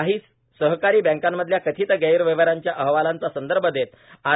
काही सहकारी बँकांमधल्या कथित गैरव्यवहारांच्या अहवालांचा संदर्भ देत आर